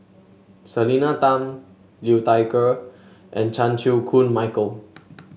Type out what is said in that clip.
Selena Tan Liu Thai Ker and Chan Chew Koon Michael